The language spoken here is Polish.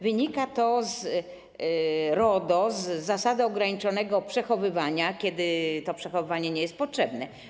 Wynika to z RODO, z zasady ograniczonego przechowywania, kiedy to przechowywanie nie jest potrzebne.